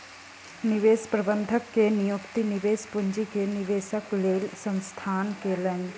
निवेश प्रबंधक के नियुक्ति निवेश पूंजी के निवेशक लेल संस्थान कयलक